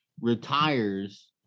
retires